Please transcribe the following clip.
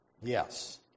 Yes